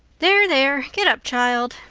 there, there, get up, child,